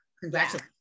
congratulations